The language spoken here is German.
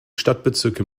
stadtbezirke